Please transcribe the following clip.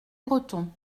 breton